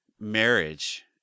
Marriage